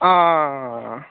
आ